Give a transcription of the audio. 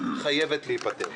וההנחה הייתה